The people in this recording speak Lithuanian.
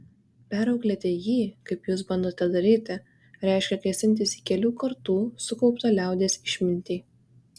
perauklėti jį kaip jūs bandote daryti reiškia kėsintis į kelių kartų sukauptą liaudies išmintį